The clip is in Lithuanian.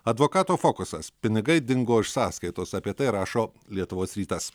advokato fokusas pinigai dingo iš sąskaitos apie tai rašo lietuvos rytas